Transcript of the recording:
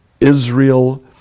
israel